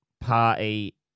party